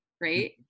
right